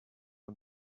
her